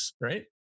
right